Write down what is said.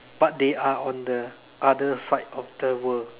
but they are on the other side of the world